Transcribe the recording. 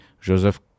Joseph